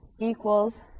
equals